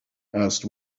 asked